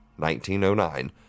1909